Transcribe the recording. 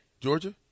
Georgia